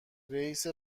رئیس